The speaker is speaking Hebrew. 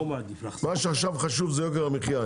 מה שעכשיו חשוב זה יוקר המחיה,